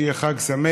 שיהיה לנו חג שמח